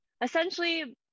essentially